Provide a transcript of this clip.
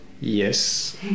Yes